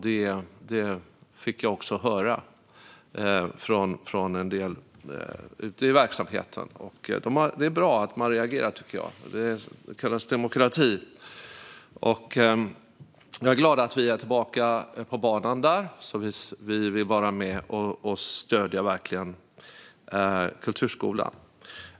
Det fick jag också höra från en del ute i verksamheten. Det är bra att man reagerar, tycker jag. Det kallas demokrati. Jag är som sagt glad att vi är tillbaka på banan, för vi vill verkligen vara med och stödja kulturskolan.